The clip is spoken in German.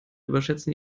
überschätzen